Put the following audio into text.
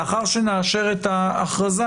לאחר שנאשר את ההכרזה,